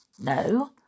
No